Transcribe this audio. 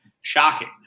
shocking